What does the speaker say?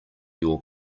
your